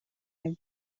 every